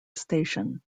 station